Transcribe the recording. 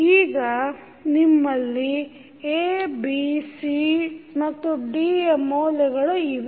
ಈಗ ನಿಮ್ಮಲ್ಲಿ A B C ಮತ್ತು D ಯ ಮೌಲ್ಯಗಳು ಇವೆ